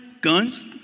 Guns